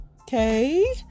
okay